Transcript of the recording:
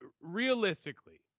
Realistically